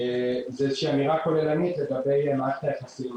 זו איזו שהיא אמירה כוללנית לגבי מערכת היחסים.